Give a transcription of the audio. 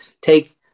take